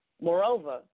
Moreover